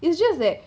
it's just that